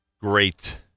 great